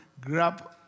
grab